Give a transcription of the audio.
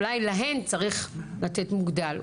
אולי להן צריך לתת מוגדל.